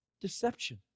Deception